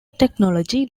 technology